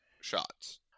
shots